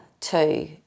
two